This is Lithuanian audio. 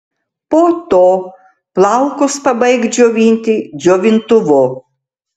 po to plaukus pabaik džiovinti džiovintuvu